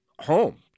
home